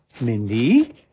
Mindy